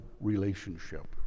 relationship